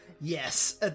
Yes